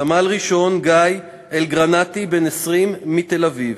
סמל-ראשון גיא אלגרנטי, בן 20, מתל-אביב,